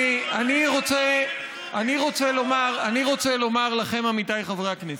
אני רוצה לומר לכם, עמיתיי חברי הכנסת: